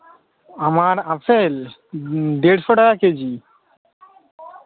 আমার আপেল দেড়শো টাকা কেজি